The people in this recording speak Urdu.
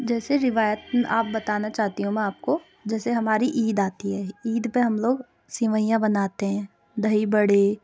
جیسے روایت آپ بتانا چاہتی ہوں میں آپ کو جیسے ہماری عید آتی ہے عید پہ ہم لوگ سوئیاں بناتے ہیں دہی بڑے